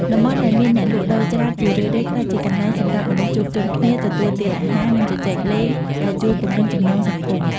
តំបន់ដែលមានអ្នកលក់ដូរច្រើន ជារឿយៗក្លាយជាកន្លែងសម្រាប់មនុស្សជួបជុំគ្នា ទទួលទានអាហារ និងជជែកលេង ដែលជួយពង្រឹងចំណងសង្គម ។